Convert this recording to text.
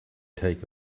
take